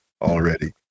already